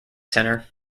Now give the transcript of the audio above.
centre